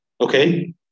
Okay